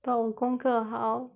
but 我功课 how